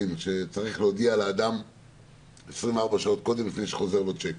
שצריך להודיע לאדם 24 שעות קודם לפני שחוזר לו צ'ק,